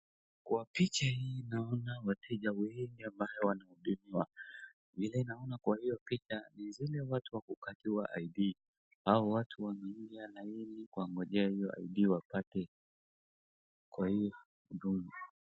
Kwa picha hii naona wateja wengi ambao wanahudumiwa, vile naona kwa hiyo picha ni zile watu wa kukatiwa ID au watu wanaingia laini kungojea hiyo ID wapate kwa hiyo huduma.